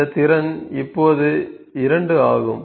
இந்த திறன் இப்போது 2 ஆகும்